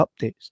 updates